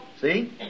see